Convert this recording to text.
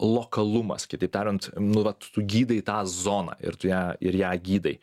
lokalumas kitaip tariant nu vat tu gydai tą zoną ir tu ją ir ją gydai